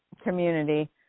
community